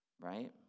right